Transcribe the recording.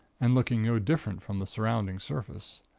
and looking no different from the surrounding surface.